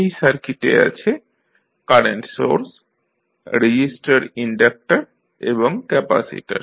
এই সার্কিটে আছে কারেন্ট সোর্স রেজিস্টর ইনডাকটর এবং ক্যাপাসিটর